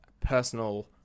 personal